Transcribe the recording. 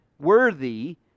worthy